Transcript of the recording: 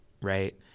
right